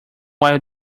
while